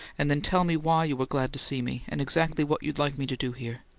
and then tell me why you are glad to see me, and exactly what you'd like me to do here.